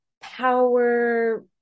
power